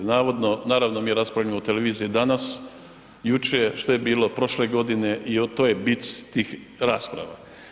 Naravno, mi raspravljamo o televiziji danas, jučer, što je bilo prošle godine i to je bit tih rasprava.